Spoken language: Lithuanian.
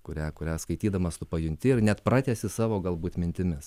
kurią kurią skaitydamas tu pajunti ir net pratęsi savo galbūt mintimis